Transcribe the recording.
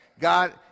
God